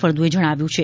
ફળદ્દુએ જણાવ્યું છે